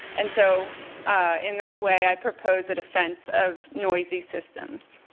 and so in that way, i propose a defense of noisy systems.